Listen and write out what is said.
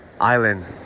island